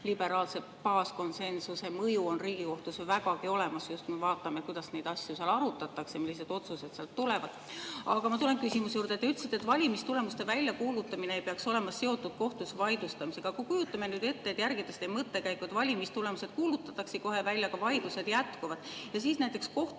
liberaalse baaskonsensuse mõju on Riigikohtus ju vägagi olemas, just, kui me vaatame, kuidas neid asju seal arutatakse, millised otsused tulevad. Aga ma tulen küsimuse juurde. Te ütlesite, et valimistulemuste väljakuulutamine ei peaks olema seotud kohtus vaidlustamisega. Kujutame ette, järgides teie mõttekäiku, et valimistulemused kuulutatakse kohe välja, aga vaidlused jätkuvad. Ja siis näiteks kohtus selgub,